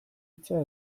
hitza